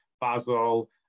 basil